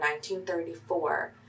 1934